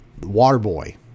Waterboy